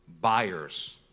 buyers